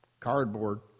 Cardboard